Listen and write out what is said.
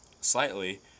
slightly